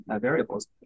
variables